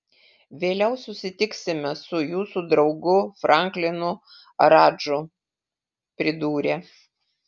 vėliau susitiksime su jūsų draugu franklinu radžu pridūrė